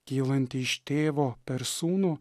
kylanti iš tėvo per sūnų